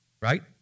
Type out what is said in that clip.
right